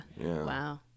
Wow